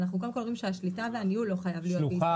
אנחנו קודם כל אומרים שהשליטה והניהול לא חייב להיות בישראל,